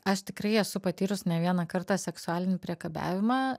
aš tikrai esu patyrus ne vieną kartą seksualinį priekabiavimą